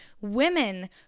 women